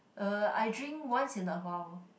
uh I drink once in a while